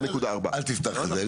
1.4 --- אל תפתח את זה.